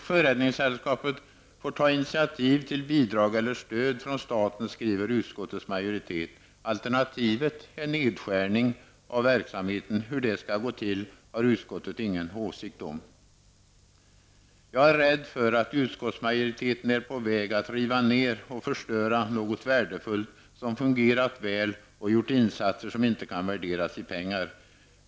Sjöräddningssällskapet får ta initiativ till bidrag eller stöd från staten, skriver utskottets majoritet. Alternativet är nedskärning av verksamheten. Hur det skall gå till har utskottet ingen åsikt om. Jag är rädd för att utskottsmajoriteten är på väg att riva ned och förstöra något värdefullt, som fungerat väl och stått för insatser som inte kan värderas i pengar.